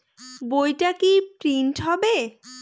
বইটা কি প্রিন্ট হবে?